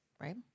Right